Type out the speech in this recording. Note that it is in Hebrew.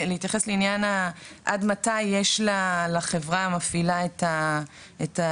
להתייחס לעניין של עד מתי יש לחברה שמפעילה את הזכיון.